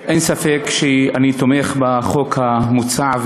אין ספק שאני תומך בחוק המוצע,